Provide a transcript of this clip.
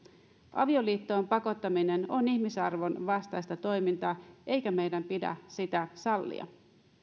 avioliittoon pakottaminen on ihmisarvon vastaista toimintaa eikä meidän pidä sitä sallia